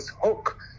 hook